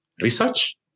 research